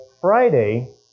Friday